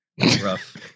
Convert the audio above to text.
Rough